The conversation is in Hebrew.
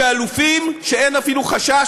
שאין אפילו חשש,